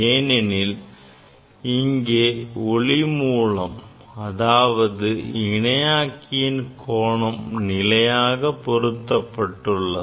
ஏனெனில் இங்கே ஒளி மூலம் அதாவது இணையாக்கியின் கோணம் நிலையாக பொருத்தப்பட்டுள்ளது